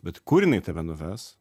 bet kur jinai tave nuves